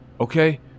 okay